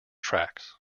tracks